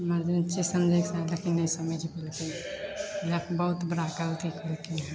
emergency समझैके चाही लेकिन नहि समझि पएलखिन इएह बहुत बड़ा गलती कएलखिन हँ